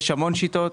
יש המון שיטות,